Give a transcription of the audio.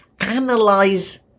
analyze